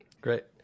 Great